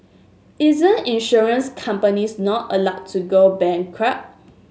isn't insurance companies not allowed to go bankrupt